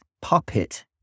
puppet